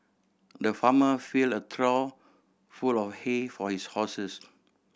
the farmer filled a trough full of hay for his horses